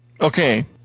Okay